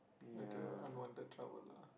later unwanted trouble lah